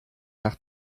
nach